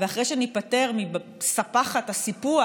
ואחרי שניפטר מספחת הסיפוח,